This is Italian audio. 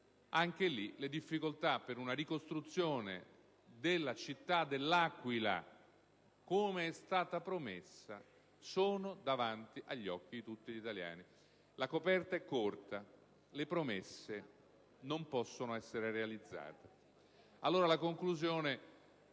in cui le difficoltà per la ricostruzione dell'Aquila, come era stato promesso, sono davanti agli occhi di tutti gli italiani. La coperta è corta, le promesse non possono essere realizzate. La conclusione